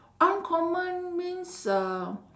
uncommon means uh